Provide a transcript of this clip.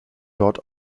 dort